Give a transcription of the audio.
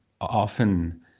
often